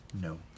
No